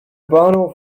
bahnhof